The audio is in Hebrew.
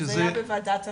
אבל זה היה בוועדת החינוך.